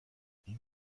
این